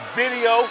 video